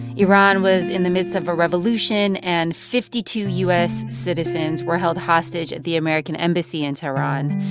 iran was in the midst of a revolution, and fifty two u s. citizens were held hostage at the american embassy in tehran.